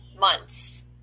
months